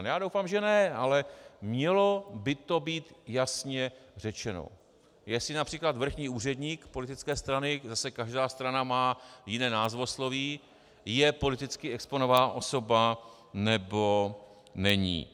Já doufám, že ne, ale mělo by to být jasně řečeno, jestli například vrchní úředník politické strany zase každá strana má jiné názvosloví je politicky exponovaná osoba, nebo není.